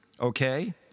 okay